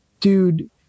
dude